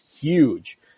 huge